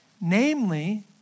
namely